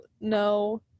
no